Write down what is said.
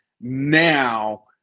now